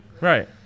Right